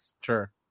Sure